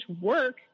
work